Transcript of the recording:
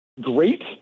Great